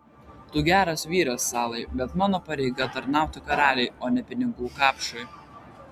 tu geras vyras salai bet mano pareiga tarnauti karaliui o ne pinigų kapšui